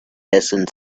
hissing